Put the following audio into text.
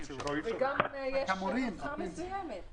רק כשהעובד עוזב את העבודה.